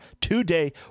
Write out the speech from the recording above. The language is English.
today